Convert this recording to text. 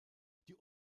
die